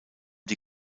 die